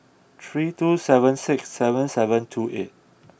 three two seven six seven seven two eight